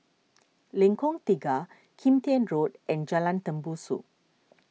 Lengkong Tiga Kim Tian Road and Jalan Tembusu